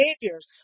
behaviors